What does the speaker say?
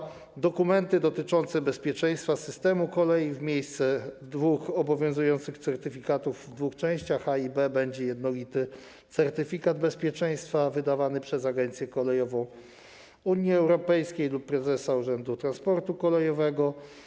Jeżeli chodzi o dokumenty dotyczące bezpieczeństwa systemu kolei, to w miejsce dwóch obowiązujących certyfikatów w dwóch częściach: A i B wprowadzony zostanie jednolity certyfikat bezpieczeństwa, wydawany przez Agencję Kolejową Unii Europejskiej lub prezesa Urzędu Transportu Kolejowego.